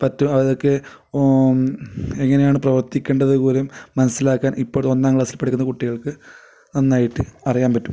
പറ്റും അതൊക്കെ എങ്ങനെയാണ് പ്രവർത്തിക്കേണ്ടതു പോലും മനസ്സിലാക്കാൻ ഇപ്പോൾ ഒന്നാം ക്ലാസ്സിൽ പഠിക്കുന്ന കുട്ടികൾക്കു നന്നായിട്ട് അറിയാൻ പറ്റും